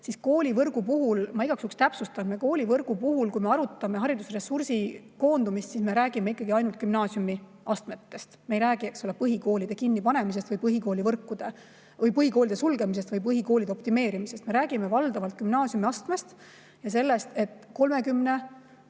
Koolivõrgu puhul, ma igaks juhuks täpsustan, kui me arutame haridusressursi koondumist, siis me räägime ikkagi ainult gümnaasiumiastmest. Me ei räägi, eks ole, põhikoolide kinnipanemisest, põhikoolide sulgemisest või põhikoolide optimeerimisest. Me räägime valdavalt gümnaasiumiastmest ja sellest, et 30,